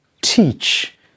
teach